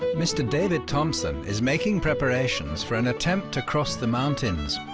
mr. david thompson is making preparations for an attempt to cross the mountains,